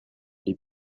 les